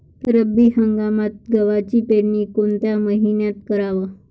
रब्बी हंगामात गव्हाची पेरनी कोनत्या मईन्यात कराव?